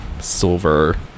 silver